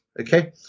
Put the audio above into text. Okay